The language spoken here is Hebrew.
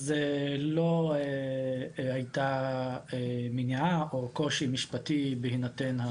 אז לא הייתה מניעה או קושי משפטי בהינתן.